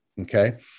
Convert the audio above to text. okay